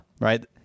Right